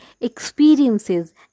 experiences